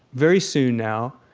very soon now,